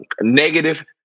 negative